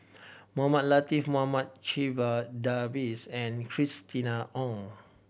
Mohamed Latiff Mohamed Checha Davies and Christina Ong